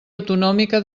autonòmica